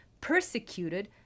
persecuted